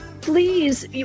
please